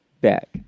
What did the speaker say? back